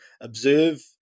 observe